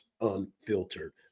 unfiltered